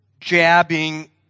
jabbing